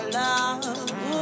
love